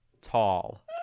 Tall